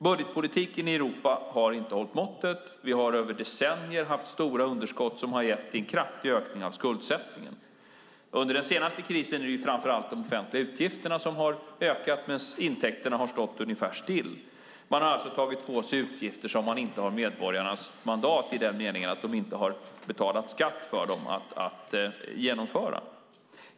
Budgetpolitiken i Europa har inte hållit måttet. Vi har över decennier haft stora underskott som har lett till en kraftig ökning av skuldsättningen. Under den senaste krisen är det framför allt de offentliga utgifterna som har ökat medan intäkterna har stått ungefär stilla. Man har alltså tagit på sig utgifter som man inte har medborgarnas mandat att genomföra, i den meningen att de inte har betalat skatt för dem.